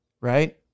right